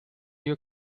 your